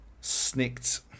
Snicked